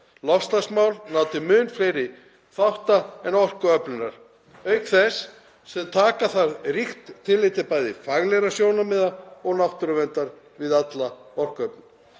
Loftslagsmál ná til mun fleiri þátta en orkuöflunar auk þess sem taka þarf ríkt tillit til bæði faglegra sjónarmiða og náttúruverndar við alla orkuöflun.